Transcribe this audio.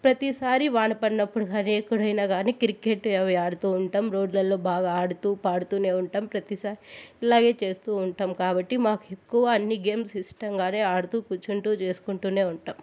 ప్రతి సారి వాన పడినప్పుడు గానీ ఎక్కడైనా గానీ కిర్కెట్ అవి ఆడుతూ ఉంటాం రోడ్లల్లో బాగా ఆడుతూ పాడుతూనే ఉంటాం ప్రతిసారి ఇలాగే చేస్తూ ఉంటాం కాబట్టి మాకెక్కువ అన్ని గేమ్స్ ఇష్టంగానే ఆడుతూ కూర్చుంటూ చేసుకుంటూనే ఉంటాం